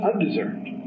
undeserved